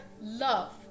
love